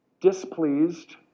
displeased